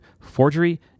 forgery